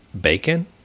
bacon